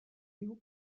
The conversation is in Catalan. diu